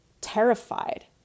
terrified